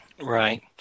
Right